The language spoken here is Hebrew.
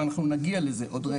אבל אנחנו נגיע לזה עוד רגע.